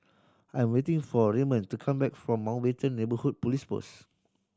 I am waiting for Raymon to come back from Mountbatten Neighbourhood Police Post